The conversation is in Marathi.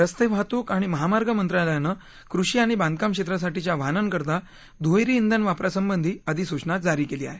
रस्ते वाहतूक आणि महामार्ग मंत्रालयानं कृषी आणि बांधकाम क्षेत्रासाठीच्या वाहनांकरता दुहेरी इंधन वापरासंबधी अधिसूवना जारी केली आहे